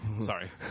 sorry